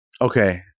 okay